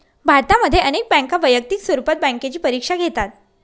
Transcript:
भारतामध्ये अनेक बँका वैयक्तिक स्वरूपात बँकेची परीक्षा घेतात